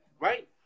right